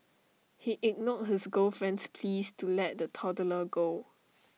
he ignored his girlfriend's pleas to let the toddler go